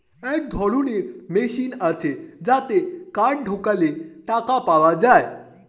এক ধরনের মেশিন আছে যাতে কার্ড ঢোকালে টাকা পাওয়া যায়